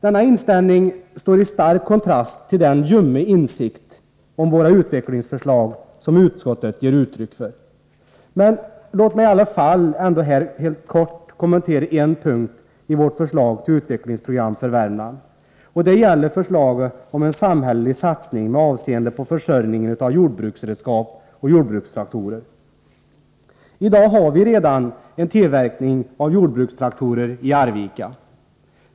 Denna inställning står i stark kontrast till den ljumma insikt om våra utvecklingsförslag som utskottet ger uttryck för. Men låt mig ändå helt kort kommentera en punkt i vårt förslag till utvecklingsprogram för Värmland. Det gäller förslaget om en samhällelig satsning med avseende på försörjningen av jordbruksredskap och jordbrukstraktorer. Det finns redan en tillverkning av jordbrukstraktorer i Arvika.